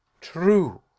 True